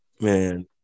Man